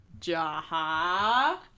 Jaha